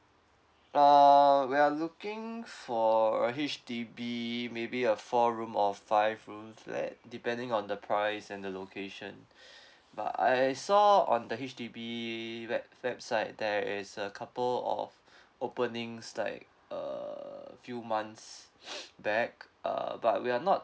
uh we're looking for a H_D_B maybe a four room or five room flat depending on the price and the location but I saw on the H_D_B web website there is a couple of openings like err few months back uh but we are not